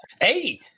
Hey